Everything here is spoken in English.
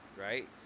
right